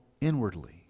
inwardly